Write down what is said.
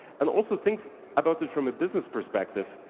and also think about it from a business perspective.